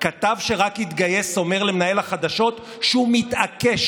שכתב שרק התגייס אומר למנהל החדשות שהוא מתעקש